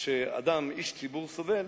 שאיש ציבור סובל